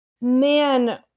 man